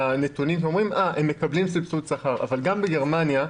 בנתונים, אבל גם בגרמניה,